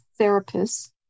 therapists